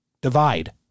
divide